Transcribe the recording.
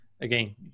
Again